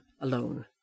alone